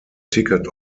ticket